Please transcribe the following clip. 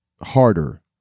harder